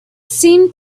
seemed